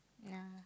nah